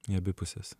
įabi puses